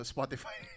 Spotify